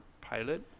pilot